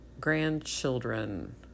grandchildren